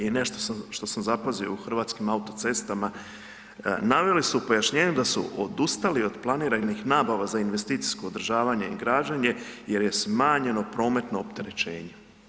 I nešto što sam zapazio u Hrvatskim autocestama, naveli su pojašnjenje da su odustali od planiranih nabava za investicijsko održavanje i građenje jer je smanjeno prometno opterećenje.